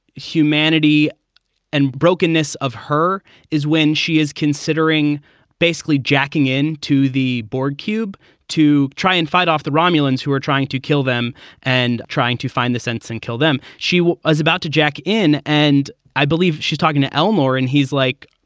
humanity and brokenness of her is when she is considering basically jacking in to the borg cube to try and fight off the romulans who are trying to kill them and trying to find the sense and kill them. she was about to jack in and i believe she's talking to ellmore and he's like,